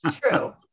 True